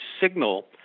signal